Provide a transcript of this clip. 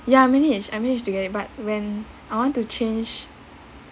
ya manage I managed to get it but when I want to change